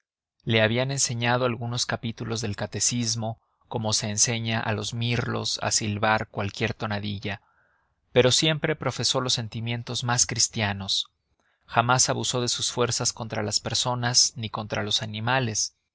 le habían enseñado algunos capítulos del catecismo como se enseña a los mirlos a silbar cualquier tonadilla pero siempre profesó los sentimientos más cristianos jamás abusó de sus fuerzas contra las personas ni contra los animales